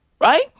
Right